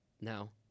Now